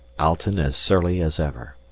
alten as surly as ever.